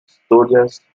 asturias